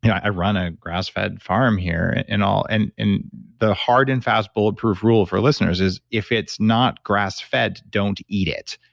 i run a grass-fed farm here and all, and and the hard and fast bulletproof rule for listeners is if it's not grass-fed, don't eat it.